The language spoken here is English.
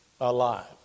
alive